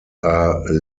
are